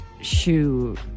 Shoot